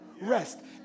rest